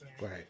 Right